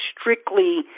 strictly